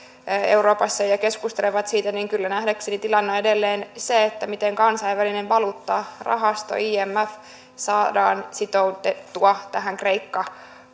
euroopassa ja ja keskustelevat siitä niin kyllä nähdäkseni tilanteessa on edelleen kyse siitä miten kansainvälinen valuuttarahasto imf saadaan sitoutettua tähän kreikka